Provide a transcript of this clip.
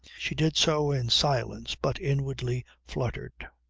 she did so in silence but inwardly fluttered.